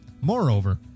Moreover